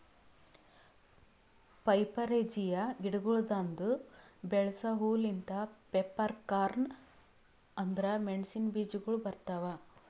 ಪೈಪರೇಸಿಯೆ ಗಿಡಗೊಳ್ದಾಂದು ಬೆಳಸ ಹೂ ಲಿಂತ್ ಪೆಪ್ಪರ್ಕಾರ್ನ್ ಅಂದುರ್ ಮೆಣಸಿನ ಬೀಜಗೊಳ್ ಬರ್ತಾವ್